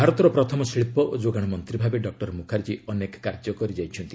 ଭାରତର ପ୍ରଥମ ଶିଳ୍ପ ଓ ଯୋଗାଣ ମନ୍ତ୍ରୀ ଭାବେ ଡକ୍ଟର ମୁଖାର୍ଜୀ ଅନେକ କାର୍ଯ୍ୟ କରିଯାଇଛନ୍ତି